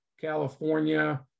California